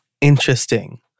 interesting